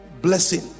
blessing